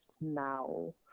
now